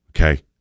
Okay